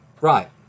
right